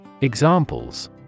Examples